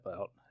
out